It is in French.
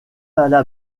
alla